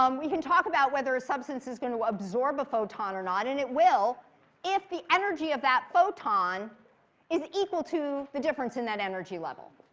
um we can talk about whether a substance is going to absorb a photon or not. and it will if the energy of that photon is equal to the difference in that energy level.